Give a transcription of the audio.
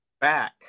back